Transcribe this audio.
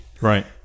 right